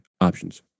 options